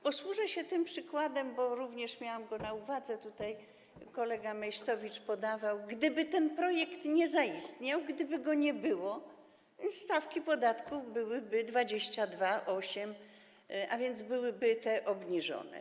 Posłużę się tym przykładem, bo również miałam go na uwadze, kolega Meysztowicz to podawał, gdyby ten projekt nie zaistniał, gdyby go nie było, stawki podatku wynosiłyby 22 i 8%, a więc byłyby te obniżone.